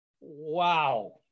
Wow